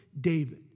David